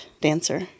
dancer